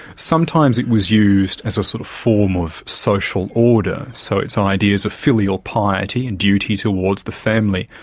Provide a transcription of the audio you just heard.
sometimes it was used as a sort of form of social order, so its ah ideas of filial piety, and duty towards the family,